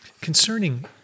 concerning